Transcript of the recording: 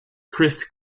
chris